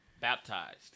baptized